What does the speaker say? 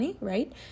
right